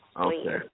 Okay